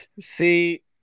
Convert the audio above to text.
See